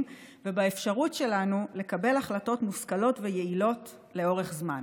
ובאפשרות שלנו לקבל החלטות מושכלות ויעילות לאורך זמן.